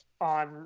on